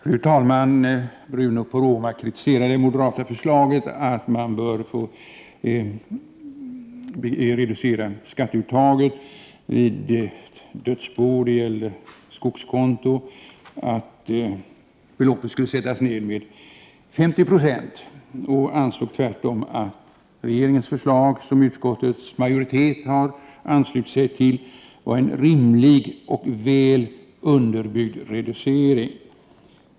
Fru talman! Bruno Poromaa kritiserade det moderata förslaget att man bör reducera skatteuttaget från dödsbo när det gäller skogskonto, dvs. att beloppet skulle sättas ned med 50 96. Han ansåg att regeringens förslag, som utskottets majoritet har anslutit sig till, var en ”rimlig och väl underbyggd” reducering.